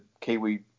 Kiwi